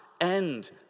end